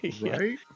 Right